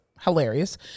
hilarious